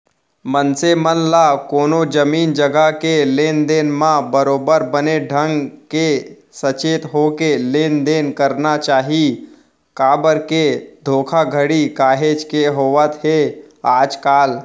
मनसे मन ल कोनो जमीन जघा के लेन देन म बरोबर बने ढंग के सचेत होके लेन देन करना चाही काबर के धोखाघड़ी काहेच के होवत हे आजकल